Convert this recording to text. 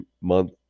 month